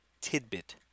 Tidbit